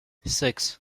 six